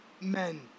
men